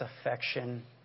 affection